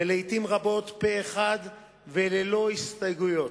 ולעתים רבות פה-אחד וללא הסתייגויות.